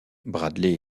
bradley